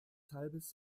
halbes